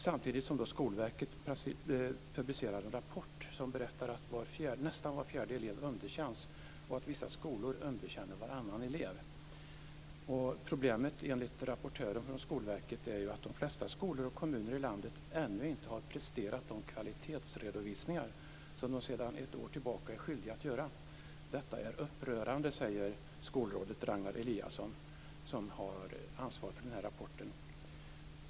Samtidigt publicerar Skolverket en rapport som berättar att nästan var fjärde elev underkänns och att vissa skolor underkänner varannan elev. Problemet enligt rapportören från Skolverket är att de flesta skolor och kommuner i landet ännu inte har presterat de kvalitetsredovisningar som de sedan ett år tillbaka är skyldiga att göra. Detta är upprörande, säger skolrådet Ragnar Eliasson, som har ansvar för rapporten.